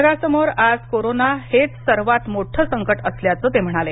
जगासमोर आज कोरोना हेच सर्वात मोठं संकट असल्याचंही ते म्हणाले